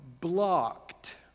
blocked